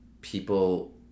people